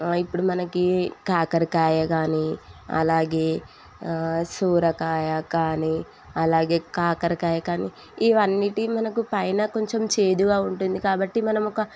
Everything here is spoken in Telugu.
ఇప్పుడు మనకి కాకరకాయ కానీ అలాగే సొరకాయ కానీ అలాగే కాకరకాయ కానీ ఇవన్నిటి మనకి పైన కొంచెం చేదుగా ఉంటుంది కాబట్టి మనం ఒక